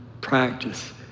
practice